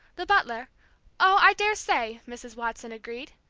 the butler oh, i dare say! mrs. watson agreed.